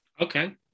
Okay